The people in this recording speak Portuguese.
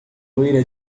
loira